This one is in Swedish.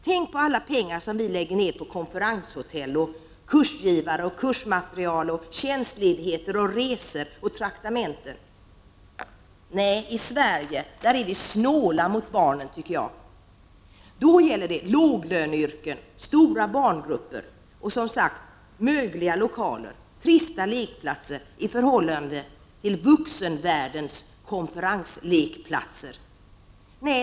Tänk på alla pengar som vi lägger ned på konferenshotell, kursgivare, kursmaterial, tjänstledighet, resor och traktamenten! Nej, i Sverige är vi snåla mot barnen, tycker jag. Då handlar det om låglöneyrken, stora barngrupper och, som sagt, mögliga lokaler och trista lekplatser i förhållande till vuxenvärldens konferenslekplatser.